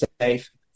safe